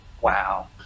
Wow